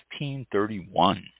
1531